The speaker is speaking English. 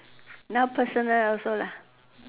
now personal also lah